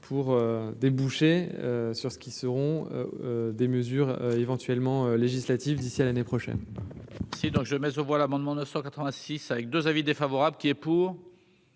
pour déboucher sur ceux qui seront des mesures éventuellement législatives d'ici à l'année prochaine.